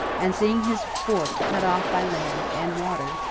and seeing his fort cut off by land and water,